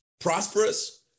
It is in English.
prosperous